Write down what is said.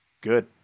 Good